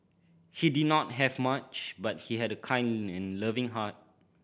he did not have much but he had a kind and loving heart